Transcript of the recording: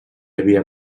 havia